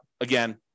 again